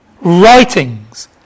writings